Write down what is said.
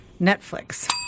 Netflix